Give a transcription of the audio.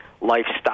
lifestyle